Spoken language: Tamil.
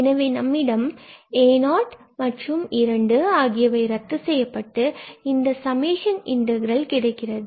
எனவே நம்மிடம் a0 and 2 ஆகியவை ரத்து செய்யப்பட்டு பின்பு இந்த சமேஷன் இன்டகிரல் கிடைக்கிறது